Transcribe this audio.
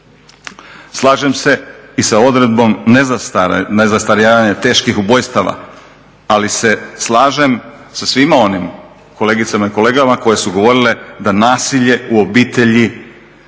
Slažem se i sa odredbom … teških ubojstava, ali se slažem sa svim onim kolegicama i kolegama koji su govorile da nasilje u obitelji